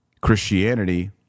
Christianity